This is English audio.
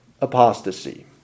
apostasy